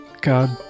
God